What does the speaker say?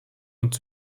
und